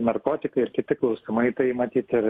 narkotikai ir kiti klausimai tai matyt ir